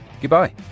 goodbye